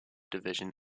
division